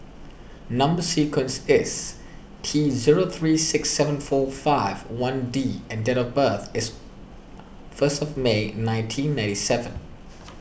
Number Sequence is T zero three six seven four five one D and date of birth is first of May nineteen ninety seven